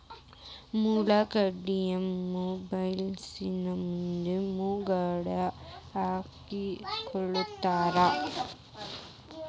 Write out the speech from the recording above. ಮೂಲಂಗಿನಾ ಬೈಲಸೇಮಿ ಮಂದಿ ಉಳಾಗಡ್ಯಾಗ ಅಕ್ಡಿಹಾಕತಾರ